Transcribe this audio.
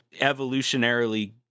evolutionarily